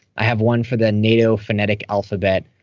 i have one for the nato phonetic alphabet.